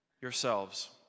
yourselves